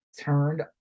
turned